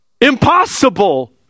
impossible